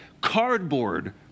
cardboard